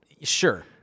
Sure